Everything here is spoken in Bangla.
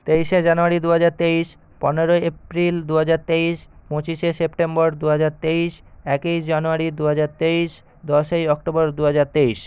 তেইশে জানুয়ারি দুহাজার তেইশ পনেরো এপ্রিল দুহাজার তেইশ পঁচিশে সেপ্টেম্বর দুহাজার তেইশ একেই জানুয়ারি দুহাজার তেইশ দশই অক্টোবর দুহাজার তেইশ